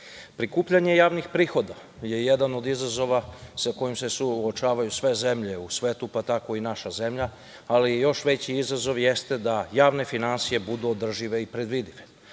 unapređenja. Prikupljanje javnih prihoda je jedan od izazova sa kojim se suočavaju sve zemlje u svetu, pa tako i naša zemlja, ali još veći izazov jeste da javne finansije budu održive i predvidive.